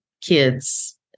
kids